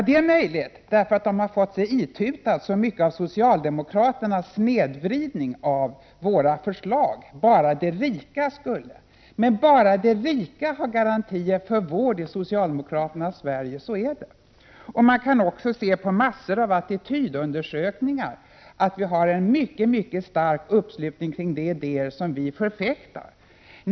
Det är möjligt, för de har fått sig itutat så mycket av socialdemokraternas snedvridning av våra förslag: Bara de rika skulle ———. Men bara de rika har garanti för vård i socialdemokraternas Sverige. Så är det! Man kan också se på en mängd attitydundersökningar att vi har en mycket stark uppslutning kring de idéer som vi förfäktar.